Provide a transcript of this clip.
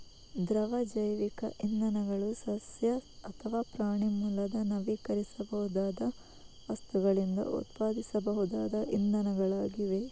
ದ್ರವ ಜೈವಿಕ ಇಂಧನಗಳು ಸಸ್ಯ ಅಥವಾ ಪ್ರಾಣಿ ಮೂಲದ ನವೀಕರಿಸಬಹುದಾದ ವಸ್ತುಗಳಿಂದ ಉತ್ಪಾದಿಸಬಹುದಾದ ಇಂಧನಗಳಾಗಿವೆ